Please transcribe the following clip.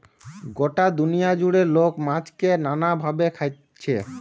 গটা দুনিয়া জুড়ে লোক মাছকে নানা ভাবে খাইছে